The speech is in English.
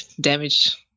damage